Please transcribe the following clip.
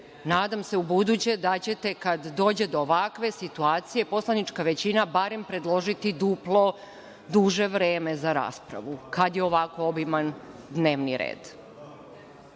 Nadam se ubuduće, da ćete kada dođe do ovakve situacije poslanička većina barem predložiti duplo duže vreme za raspravu. Kad je ovako obiman dnevni red.A